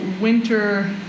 Winter